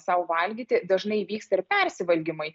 sau valgyti dažnai vyksta ir persivalgymai